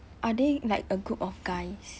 are they like a group of guys